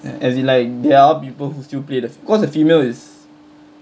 and as in like there are people who still play the cause the female is